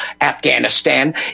afghanistan